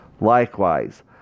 Likewise